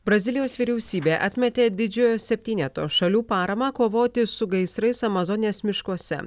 brazilijos vyriausybė atmetė didžiojo septyneto šalių paramą kovoti su gaisrais amazonės miškuose